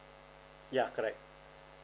ya correct